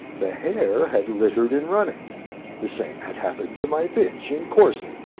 the hare had littered in running the same had happened to my bitch in coursing,